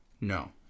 No